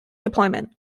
deployment